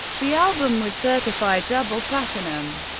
the album was certified double platinum.